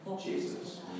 Jesus